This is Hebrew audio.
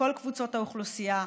מכל קבוצות האוכלוסייה,